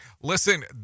listen